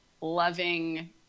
loving